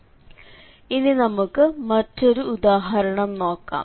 Ed ഇനി നമുക്ക് മറ്റൊരു ഉദാഹരണം നോക്കാം